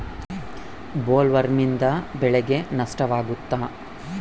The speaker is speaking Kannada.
ಬೊಲ್ವರ್ಮ್ನಿಂದ ಬೆಳೆಗೆ ನಷ್ಟವಾಗುತ್ತ?